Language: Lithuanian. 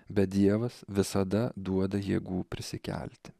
bet dievas visada duoda jėgų prisikelti